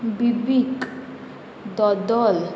Bibek दोदोल